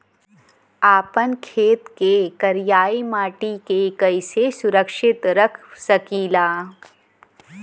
आपन खेत के करियाई माटी के कइसे सुरक्षित रख सकी ला?